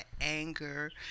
anger